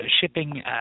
shipping